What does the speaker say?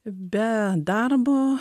be darbo